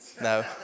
no